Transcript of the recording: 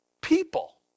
people